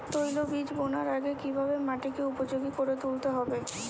তৈলবীজ বোনার আগে কিভাবে মাটিকে উপযোগী করে তুলতে হবে?